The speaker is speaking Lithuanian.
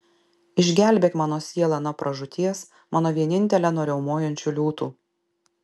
išgelbėk mano sielą nuo pražūties mano vienintelę nuo riaumojančių liūtų